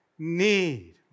Need